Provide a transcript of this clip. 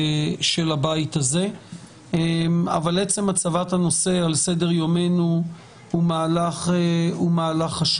הזה אבל עצם הצבת הנושא על סדר יומנו הוא מהלך חשוב.